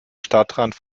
stadtrand